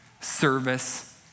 service